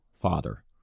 father